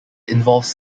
involves